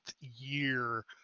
year